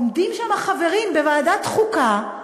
עומדים שם החברים בוועדת החוקה,